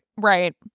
Right